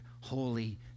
holy